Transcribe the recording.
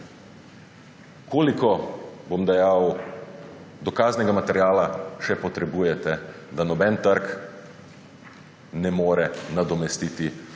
Koliko dokaznega materiala še potrebujete, da noben trg ne more nadomestiti